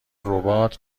ربات